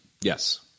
Yes